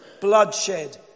bloodshed